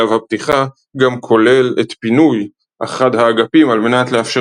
שלב הפתיחה גם כולל את פינוי אחד האגפים על מנת לאפשר